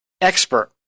expert